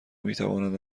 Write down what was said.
میتوانند